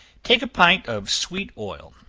take a pint of sweet oil,